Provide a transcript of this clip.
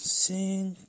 sing